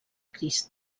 crist